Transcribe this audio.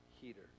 heater